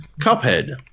Cuphead